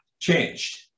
changed